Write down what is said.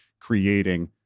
creating